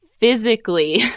physically